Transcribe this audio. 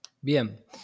Bien